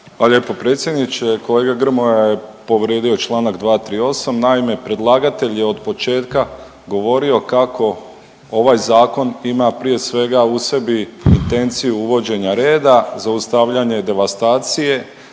Hvala lijepo predsjedniče. Kolega Grmoja je povrijedio čl. 238., naime predlagatelj je otpočetka govorio kako ovaj zakon ima prije svega u sebi intenciju uvođenja reda, zaustavljanja i devastacije